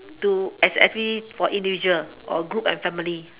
do as actually for individual or group and family